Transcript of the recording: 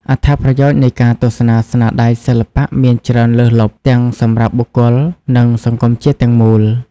អត្ថប្រយោជន៍នៃការទស្សនាស្នាដៃសិល្បៈមានច្រើនលើសលប់ ទាំងសម្រាប់បុគ្គល និងសង្គមជាតិទាំងមូល។